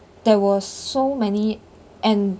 there were so many and